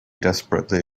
desperately